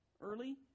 Early